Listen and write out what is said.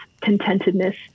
contentedness